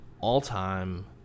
all-time